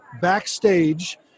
backstage